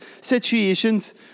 situations